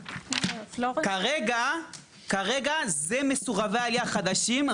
כרגע זה מסורבי עלייה חדשים.